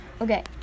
okay